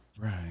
Right